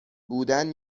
بودن